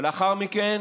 אבל לאחר מכן